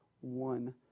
one